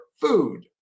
food